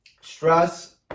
Stress